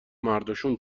مرداشون